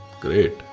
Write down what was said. Great